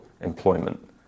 employment